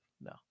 No